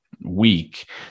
week